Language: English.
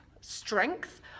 strength